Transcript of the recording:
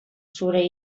zure